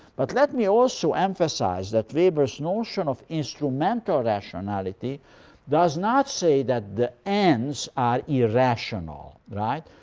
but let me also emphasize that weber's notion of instrumental rationality does not say that the ends are irrational. right?